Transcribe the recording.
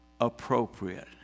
appropriate